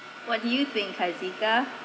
what do you think khazita